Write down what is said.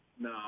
No